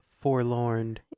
forlorn